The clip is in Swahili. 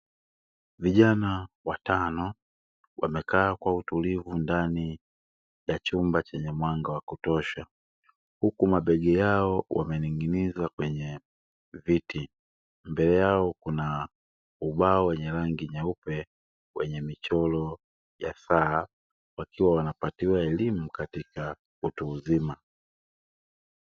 Vijana watano wamekaa kwa utulivu ndani ya chumba chenye mwanga wa kutosha huku mabegi yao wamening'iniza kwenye viti, mbele yao kuna ubao wenye rangi nyeupe wenye michoro ya saha wakiwa wanapatiwa elimu katika utu uzima.